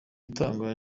itangwa